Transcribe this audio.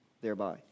thereby